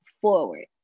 forward